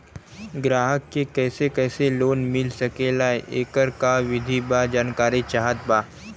ग्राहक के कैसे कैसे लोन मिल सकेला येकर का विधि बा जानकारी चाहत बा?